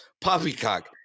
poppycock